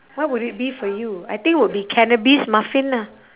what would it be for you I think would be cannabis muffin lah